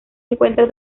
encuentra